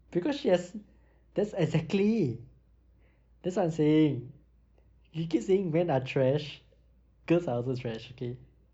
because she has that's exactly that's what I'm saying we keep saying men are trash girls are also trash okay